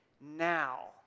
now